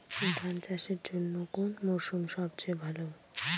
ধান চাষের জন্যে কোন মরশুম সবচেয়ে ভালো?